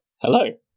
Hello